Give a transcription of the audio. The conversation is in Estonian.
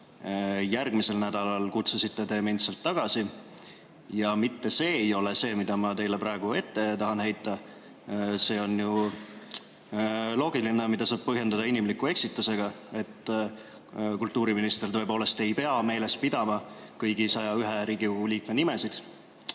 järgmisel nädalal kutsusite te mind sealt tagasi. Aga mitte see ei ole see, mida ma teile praegu ette tahan heita. See on ju loogiline, mida saab põhjendada inimliku eksitusega. Kultuuriminister tõepoolest ei pea meeles pidama kõigi 101 Riigikogu liikme nimesid. Küll